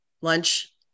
lunch